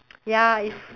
ya if